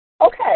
Okay